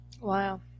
Wow